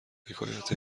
حکایت